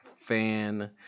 fan